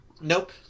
Nope